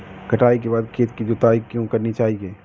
कटाई के बाद खेत की जुताई क्यो करनी चाहिए?